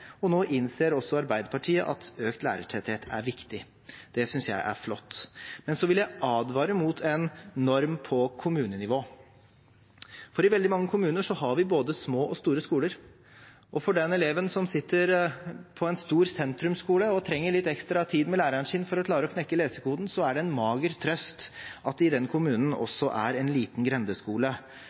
og nå innser også Arbeiderpartiet at økt lærertetthet er viktig. Det synes jeg er flott. Så vil jeg advare mot en norm på kommunenivå, for i veldig mange kommuner har vi både små og store skoler. For den eleven som sitter på en stor sentrumsskole og trenger litt ekstra tid med læreren sin for å klare å knekke lesekoden, er det en mager trøst at det i den kommunen er en liten grendeskole